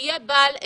שיהיה בעל עסק,